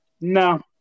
no